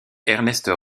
ernest